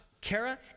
Kara